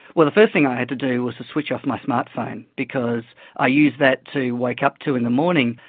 well, the first thing i had to do was to switch off my smart phone because i use that to wake up to in the morning,